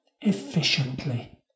efficiently